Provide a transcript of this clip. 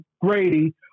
Grady